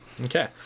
Okay